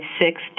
six